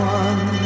one